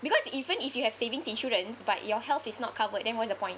because even if you have savings insurance but your health is not covered then what's the point